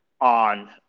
on